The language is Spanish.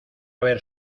haber